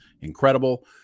incredible